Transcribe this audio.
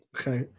Okay